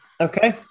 okay